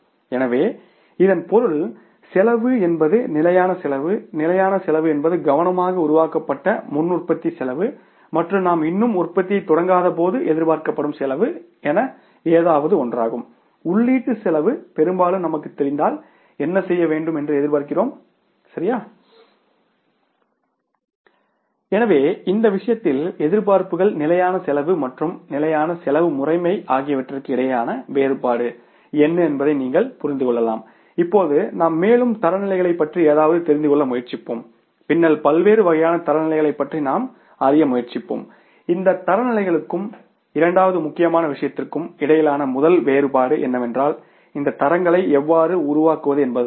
எனவே இதன் பொருள் செலவு என்பது நிலையான செலவு நிலையான செலவு என்பது கவனமாக உருவாக்கப்பட்ட முன் உற்பத்தி செலவு மற்றும் நாம் இன்னும் உற்பத்தியைத் தொடங்காதபோது எதிர்பார்க்கப்படும் செலவு ஒன்றாகும் உள்ளீட்டு செலவு பெரும்பாலும் நமக்கு தெரிந்தால் என்ன செய்ய வேண்டும் என்று எதிர்பார்க்கிறோம் சரியா எனவே இந்த விஷயத்தில் எதிர்பார்ப்புகள் நிலையான செலவு மற்றும் நிலையான செலவு முறைமை ஆகியவற்றுக்கு இடையேயான வேறுபாடு என்ன என்பதை நீங்கள் புரிந்து கொள்ளலாம் இப்போது நாம் மேலும் தரநிலைகள் பற்றி ஏதாவது தெரிந்துகொள்ள முயற்சிப்போம் பின்னர் பல்வேறு வகையான தரநிலைகளைப் பற்றி நாம் அறிய முயற்சிப்போம் இந்த தரநிலைகளுக்கும் இரண்டாவது முக்கியமான விஷயத்திற்கும் இடையிலான முதல் வேறுபாடு என்னவென்றால் இந்த தரங்களை எவ்வாறு உருவாக்குவது என்பதுதான்